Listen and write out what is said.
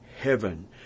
heaven